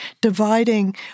dividing